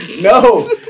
no